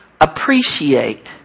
appreciate